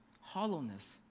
hollowness